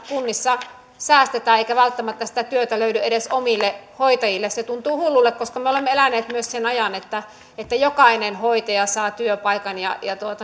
että kunnissa säästetään eikä välttämättä sitä työtä löydy edes omille hoitajille se tuntuu hullulle koska me olemme eläneet myös sen ajan että jokainen hoitaja saa työpaikan ja